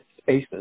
spaces